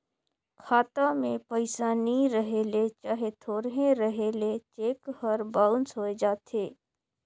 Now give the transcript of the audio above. खाता में पइसा नी रहें ले चहे थोरहें रहे ले चेक हर बाउंस होए जाथे